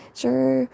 sure